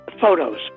photos